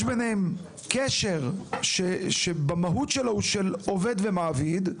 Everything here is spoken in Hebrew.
שלהם הוא קשר של עובד ומעביד במהות שלו.